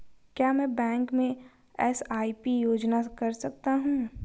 क्या मैं बैंक में एस.आई.पी योजना कर सकता हूँ?